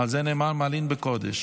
על זה נאמר: מעלין בקודש.